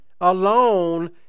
alone